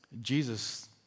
Jesus